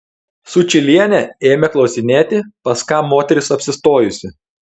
sučylienė ėmė klausinėti pas ką moteris apsistojusi